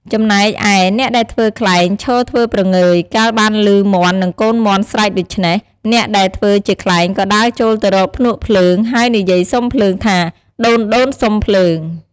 ចំណែកឯ អ្នកដែលធ្វើខ្លែង ឈរធ្វើព្រងើយ កាលបានឮមាន់និងកូនមាន់ស្រែកដូច្នេះ អ្នកដែលធ្វើជាខ្លែងក៏ដើរចូលទៅរកភ្នក់ភ្លើង ហើយនិយាយសុំភ្លើងថា «ដូនៗសុំភ្លើង!»។